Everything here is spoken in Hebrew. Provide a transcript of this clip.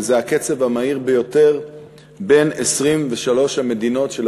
וזה הקצב המהיר ביותר בקרב 23 המדינות של